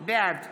בעד